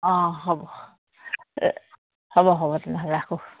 অঁ হ'ব হ'ব হ'ব তেনেহ'লে ৰাখোঁ